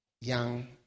young